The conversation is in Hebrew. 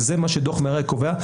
וזה מה שדוח מררי קובע,